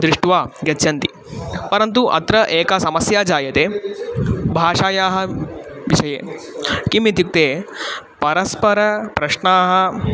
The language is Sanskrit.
दृष्ट्वा गच्छन्ति परन्तु अत्र एका समस्या जायते भाषायाः विषये किम् इत्युक्ते परस्परप्रश्नाः